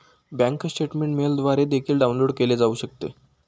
bank statement मेलद्वारे देखील download केले जाऊ शकते